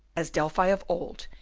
as delphi of old,